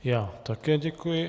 Já také děkuji.